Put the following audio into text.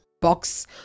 box